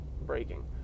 breaking